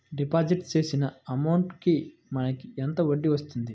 Deposit చేసిన amount కి మనకి ఎంత వడ్డీ వస్తుంది?